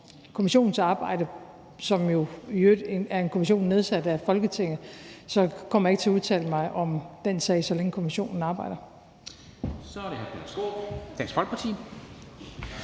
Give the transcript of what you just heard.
kommissionens arbejde, som jo i øvrigt er en kommission nedsat af Folketinget, kommer jeg ikke til at udtale mig om den sag, så længe kommissionen arbejder.